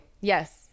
Yes